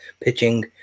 pitching